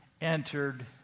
entered